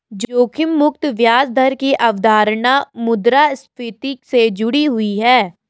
जोखिम मुक्त ब्याज दर की अवधारणा मुद्रास्फति से जुड़ी हुई है